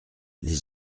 les